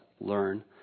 learn